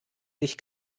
sich